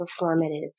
performative